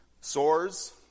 sores